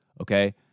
Okay